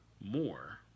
more